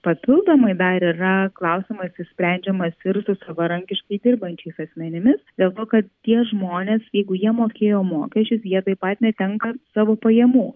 papildomai dar yra klausimas išsprendžiamas ir su savarankiškai dirbančiais asmenimis dėl to kad tie žmonės jeigu jie mokėjo mokesčius jie taip pat netenka savo pajamų